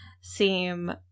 seem